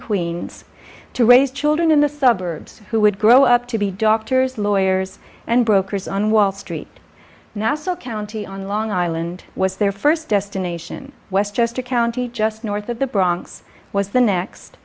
queens to raise children in the suburbs who would grow up to be doctors lawyers and brokers on wall street nassau county on long island was their first destination westchester county just north of the bronx was the next